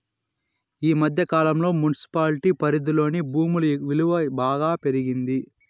ఈ మధ్య కాలంలో మున్సిపాలిటీ పరిధిలోని భూముల విలువ బాగా పెరిగింది